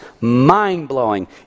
mind-blowing